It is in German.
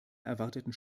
erwarteten